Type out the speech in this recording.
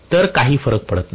तर काही फरक पडत नाही